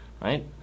right